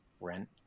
rent